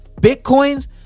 Bitcoins